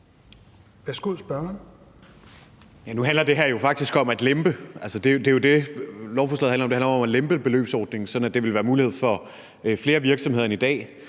Nu handler det her jo faktisk om at lempe. Det er jo det, lovforslaget handler om; det handler om at lempe beløbsordningen, sådan at der vil være mulighed for flere virksomheder end i dag